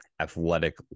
Athletic